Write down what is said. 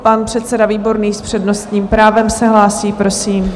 Pan předseda Výborný s přednostním právem se hlásí, prosím.